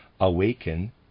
awaken